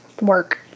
work